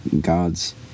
God's